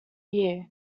years